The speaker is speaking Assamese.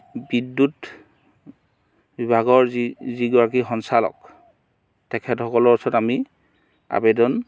বিদ্যুত বিভাগৰ যি যিগৰাকী সঞ্চালক তেখেতসকলৰ ওচৰত আমি আবেদন